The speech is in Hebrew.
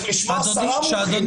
צריך לשמוע 10 מומחים,